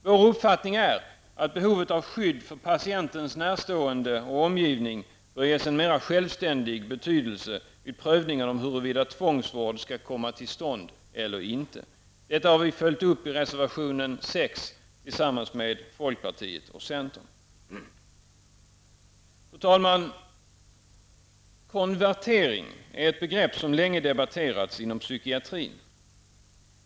Vår uppfattning är att behovet av skydd för patientens närstående och omgivning bör ges en mer självständig betydelse vid prövningen av huruvida tvångsvård skall komma till stånd eller inte. Detta har vi följt upp i reservation 6 tillsammans med folkpartiet och centern. Fru talman! Konvertering är ett begrepp som längre debatterats inom psykiatrin.